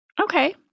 Okay